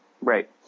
Right